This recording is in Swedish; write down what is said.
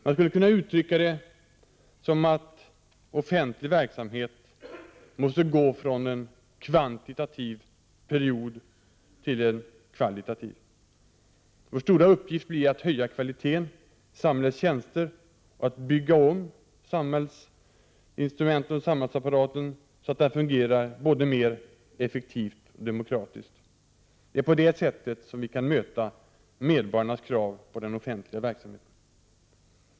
Man skulle kunna uttrycka det som att offentlig verksamhet måste gå från en kvantitativ period till en kvalitativ. Vår stora uppgift blir att höja kvaliteten på samhällets tjänster och att bygga om samhällsapparaten så att den fungerar både mer effektivt och demokratiskt. Det är på det sättet vi kan möta medborgarnas krav på den offentliga verksamheten.